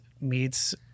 meets